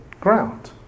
ground